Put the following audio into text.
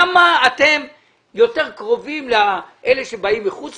למה אתם יותר קרובים לאלה שבאים מחוץ